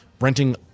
renting